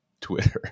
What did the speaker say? Twitter